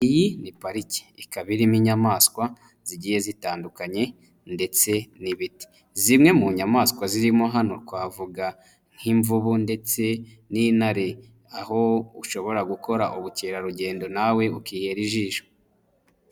Iyi ni pariki ikaba irimo inyamaswa zigiye zitandukanye ndetse zimwe mu nyamaswa zirimo hano, twavuga nk'imvubu ndetse n'intare, aho ushobora gukora ubukerarugendo nawe ukihera ijisho.